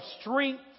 strength